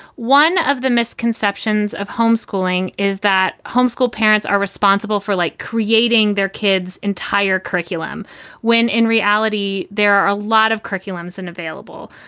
one of the misconceptions of homeschooling is that homeschool parents are responsible for like creating their kid's entire curriculum when in reality there are a lot of curriculums and available.